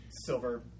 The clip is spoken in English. silver